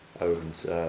owned